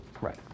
Right